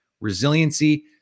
resiliency